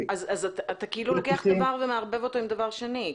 אז אתה כאילו לוקח דבר ומערבב אותו עם דבר שני.